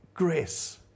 grace